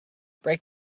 break